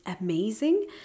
amazing